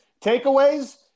Takeaways